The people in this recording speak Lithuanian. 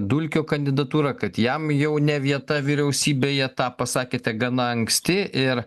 dulkio kandidatūrą kad jam jau ne vieta vyriausybėje tą pasakėte gana anksti ir